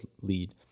lead